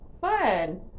Fun